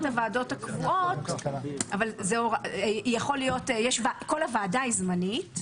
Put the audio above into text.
הוועדות הקבועות כל הוועדה היא זמנית.